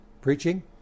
preaching